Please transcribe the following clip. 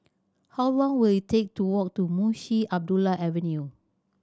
how long will it take to walk to Munshi Abdullah Avenue